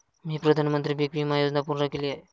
मी प्रधानमंत्री पीक विमा योजना पूर्ण केली आहे